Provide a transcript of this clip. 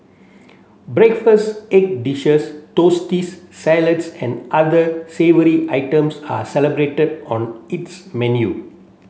breakfast egg dishes toasties salads and other savoury items are celebrated on its menu